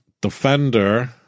Defender